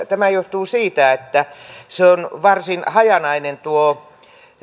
tämä johtuu siitä että se on varsin hajanainen tuo